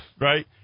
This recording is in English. right